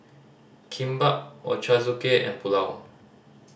Kimbap Ochazuke and Pulao